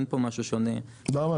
למה?